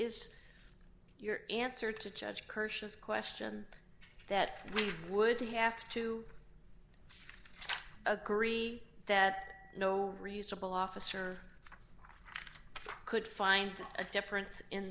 is your answer to church purchased question that would have to agree that no reasonable officer could find a difference in